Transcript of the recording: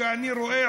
כמו שאני רואה,